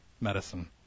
medicine